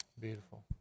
Beautiful